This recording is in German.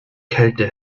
kälte